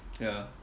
ya